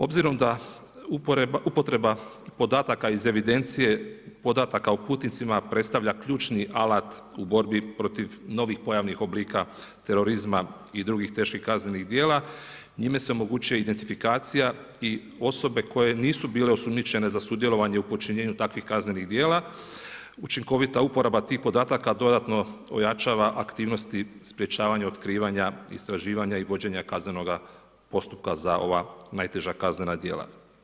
Obzirom da upotreba podataka iz evidencije podataka o putnicima predstavlja ključni alat u borbi protiv novih pojavnih oblika terorizma i drugih teških kaznenih djela, njime se omogućuje identifikacija i osobe koje nisu bile osumnjičene za sudjelovanje u počinjenu takvih kaznenih djela, učinkovita uporaba tih podataka dodatno ojačava aktivnosti sprječavanja otkrivanja, istraživanja i vođenja kaznenoga postupka za ova najteža kaznena djela.